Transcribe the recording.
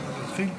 חברי הכנסת,